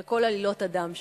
על כל עלילות הדם שבה.